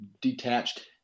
detached